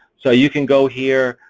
so you can go here,